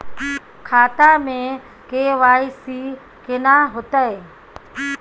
खाता में के.वाई.सी केना होतै?